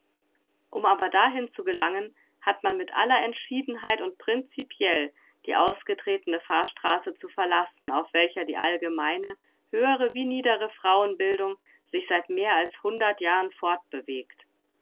um aber dahin zu gelangen hat man mit aller entschiedenheit und principiell die ausgetretene fahrstraße zu verlassen auf welcher die allgemeine höhere wie niedere frauenbildung sich seit mehr als hundert jahren fortbewegt